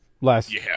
last